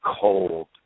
cold